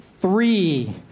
Three